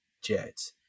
Jets